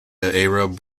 arab